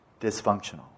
dysfunctional